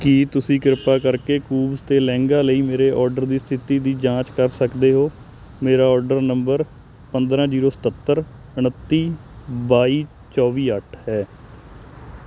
ਕੀ ਤੁਸੀਂ ਕਿਰਪਾ ਕਰਕੇ ਕੂਵਜ਼ 'ਤੇ ਲਹਿੰਗਾ ਲਈ ਮੇਰੇ ਆਰਡਰ ਦੀ ਸਥਿਤੀ ਦੀ ਜਾਂਚ ਕਰ ਸਕਦੇ ਹੋ ਮੇਰਾ ਆਰਡਰ ਨੰਬਰ ਪੰਦਰਾਂ ਜੀਰੋ ਸਤੱਤਰ ਉਣੱਤੀ ਬਾਈ ਚੌਵੀ ਅੱਠ ਹੈ